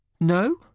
No